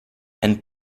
ein